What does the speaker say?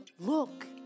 Look